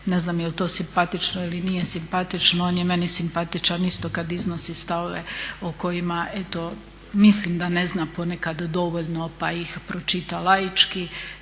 ne znam jel to simpatično ili nije simpatično, on je meni simpatičan isto kad iznosi stavove o kojima eto mislim da ne zna ponekad dovoljno pa ih pročita laički.